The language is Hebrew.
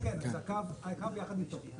כן, כן, הקו יחד איתו.